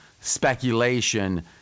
speculation